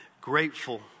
Grateful